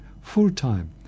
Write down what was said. full-time